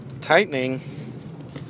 Tightening